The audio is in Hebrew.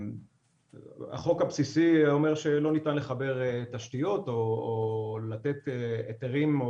החוק הבסיסי אומר שלא ניתן לחבר תשתיות או לתת היתרים,